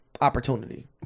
Opportunity